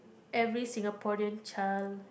every Singaporean child